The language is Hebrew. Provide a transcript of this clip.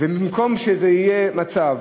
במקום שיהיה מצב